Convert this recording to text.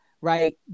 right